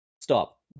stop